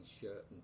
shirt